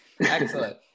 Excellent